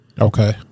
Okay